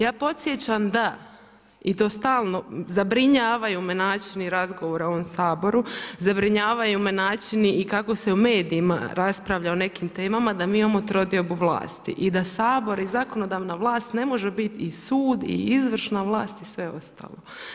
Ja podsjećam da, i to stalno, zabrinjavaju me načini razgovora u ovom Saboru, zabrinjavaju me načini i kako se u medijima raspravlja o nekim temama da mi imamo trodiobu vlasti i da Sabor i zakonodavna vlast ne može bit i sud i izvršna vlast i sve ostalo.